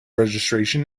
registration